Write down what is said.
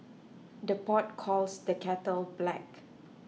the pot calls the kettle black